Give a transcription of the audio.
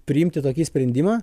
priimti tokį sprendimą